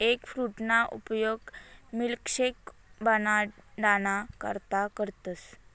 एगफ्रूटना उपयोग मिल्कशेक बनाडाना करता करतस